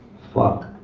fuck!